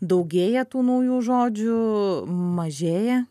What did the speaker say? daugėja tų naujų žodžių mažėja